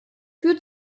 führt